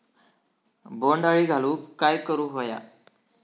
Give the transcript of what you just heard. बोंड अळी घालवूक काय करू व्हया?